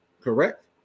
correct